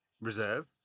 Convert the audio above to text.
reserve